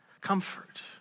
comfort